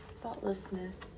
thoughtlessness